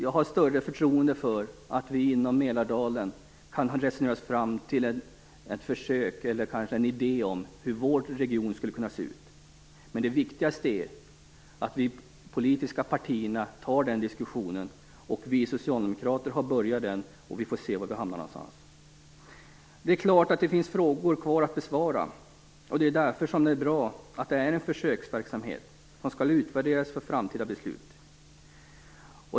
Jag har stort förtroende för att vi i Mälardalen kan resonera oss fram till en idé om hur vår region skulle kunna se ut. Men det viktigaste är att de politiska partierna tar den diskussionen. Vi socialdemokrater har börjat föra den, och vi får se var vi hamnar någonstans. Det är klart att det finns frågor kvar att besvara. Det är därför som det är bra att det är en försöksverksamhet som skall utvärderas för framtida beslut.